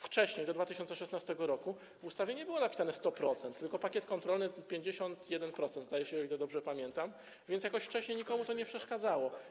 Wcześniej, do 2016 r., w ustawie nie było napisane: 100%, tylko: pakiet kontrolny 51%, zdaje się, o ile dobrze pamiętam, więc jakoś wcześniej nikomu to nie przeszkadzało.